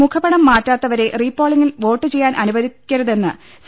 മുഖപടം മാറ്റാത്തവരെ റീപോളിങ്ങിൽ വോട്ടുചെയ്യാൻ അനു വദിക്കരുതെന്ന് സി